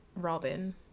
Robin